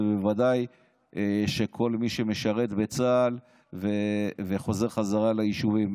בוודאי של כל מי שמשרת בצה"ל וחוזר חזרה ליישובים,